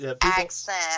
accent